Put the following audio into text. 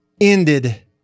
ended